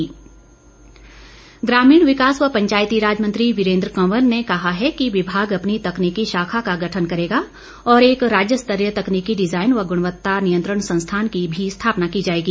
कंवर ग्रामीण विकास व पंचायती राज मंत्री वीरेंद्र कंवर ने कहा है कि विभाग अपनी तकनीकी शाखा का गठन करेगा और एक राज्यस्तरीय तकनीकी डिजाइन व गुणवत्ता नियंत्रण संस्थान की मी स्थापना की जाएगी